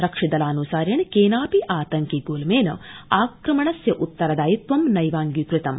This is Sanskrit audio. रक्षि दलान्सारेण केनापि आतंकि ग्ल्मेन आक्रमणस्य उत्तरदायित्वं नैवांगीकृतम्